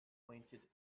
pointed